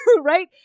right